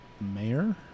mayor